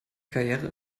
karriere